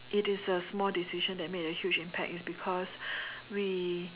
it is a small decision that made a huge impact is because we